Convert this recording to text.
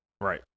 Right